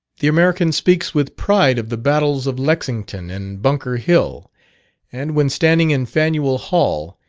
the american speaks with pride of the battles of lexington and bunker hill and when standing in faneuil hall,